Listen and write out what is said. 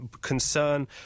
concern